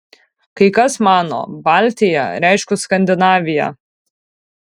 kai kas mano baltia reiškus skandinaviją